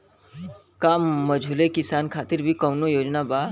का मझोले किसान खातिर भी कौनो योजना बा?